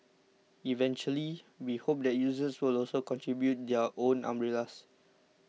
eventually we hope that users will also contribute their own umbrellas